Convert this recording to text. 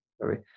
sorry